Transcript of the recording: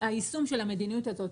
היישום של המדיניות הזאת.